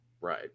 Right